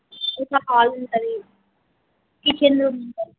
ఒక హాల్ ఉంటుంది kitchen room ఉంటుంది